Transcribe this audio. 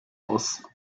aus